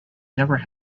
never